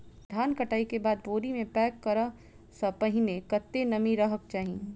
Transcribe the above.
धान कटाई केँ बाद बोरी मे पैक करऽ सँ पहिने कत्ते नमी रहक चाहि?